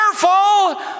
careful